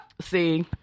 See